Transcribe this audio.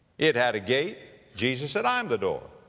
it had a gate. jesus said, i am the door.